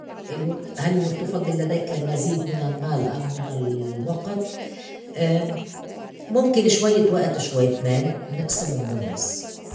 هل تفضّل لديك مزيد من المال أم من ال وقت؟ مُمكن شويّة وقت شويّة مال منقسمن بالنّص.